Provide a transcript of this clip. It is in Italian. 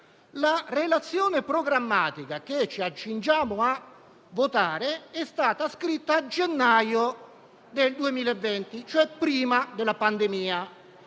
La relazione programmatica che ci accingiamo a votare è stata scritta a gennaio 2020, cioè prima della pandemia.